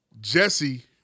Jesse